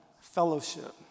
fellowship